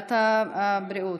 לוועדת הבריאות?